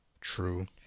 True